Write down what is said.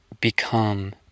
become